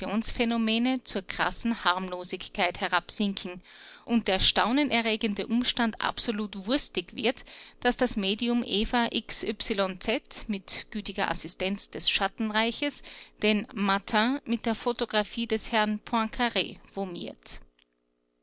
materialisationsphänomene zur krassen harmlosigkeit herabsinken und der staunenerregende umstand absolut wurstig wird daß das medium eva x y z mit gütiger assistenz des schattenreiches den matin mit der photographie des herrn